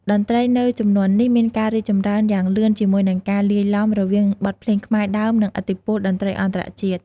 តន្ត្រីនៅជំនាន់នេះមានការរីកចម្រើនយ៉ាងលឿនជាមួយនឹងការលាយឡំរវាងបទភ្លេងខ្មែរដើមនិងឥទ្ធិពលតន្ត្រីអន្តរជាតិ។